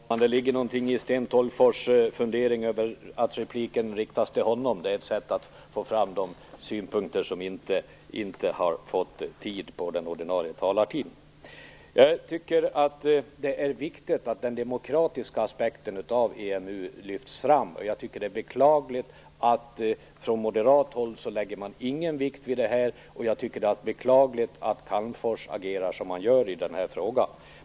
Herr talman! Det ligger någonting i Sten Tolgfors undran över varför repliken riktades till honom. Det var ett sätt att få fram synpunkter som inte har fått plats inom den ordinarie taletiden. Det är viktigt att den demokratiska aspekten av EMU lyfts fram, och jag tycker att det är beklagligt att man från moderat håll inte lägger någon vikt vid denna. Det är också beklagligt att Calmfors agerar så som han gör i den här frågan.